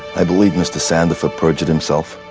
i believe mr sanderford perjured himself.